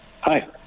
Hi